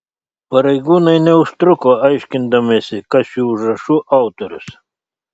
pareigūnai neužtruko aiškindamiesi kas šių užrašų autorius